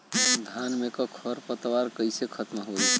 धान में क खर पतवार कईसे खत्म होई?